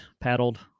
paddled